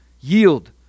yield